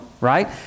right